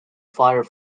fire